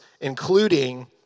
including